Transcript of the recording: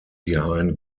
behind